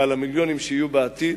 ועל המיליונים שיהיו בעתיד,